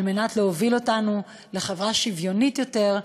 על מנת להוביל אותנו לחברה שוויונית יותר,